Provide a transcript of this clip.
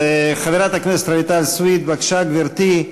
חברת הכנסת רויטל סויד, בבקשה, גברתי,